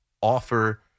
offer